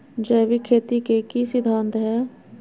जैविक खेती के की सिद्धांत हैय?